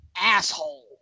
asshole